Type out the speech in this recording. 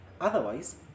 otherwise